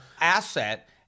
asset